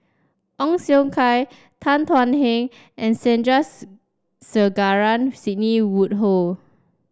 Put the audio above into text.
Ong Siong Kai Tan Thuan Heng and Sandrasegaran Sidney Woodhull